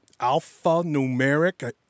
alphanumeric